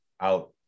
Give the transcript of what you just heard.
out